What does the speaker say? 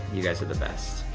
you guys are the best.